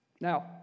Now